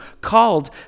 called